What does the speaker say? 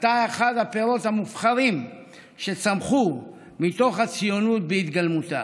ואתה אחד הפירות המובחרים שצמחו מתוך הציונות בהתגלמותה.